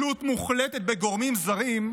תלות מוחלטת בגורמים זרים,